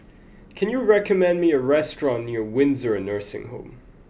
can you recommend me a restaurant near Windsor Nursing Home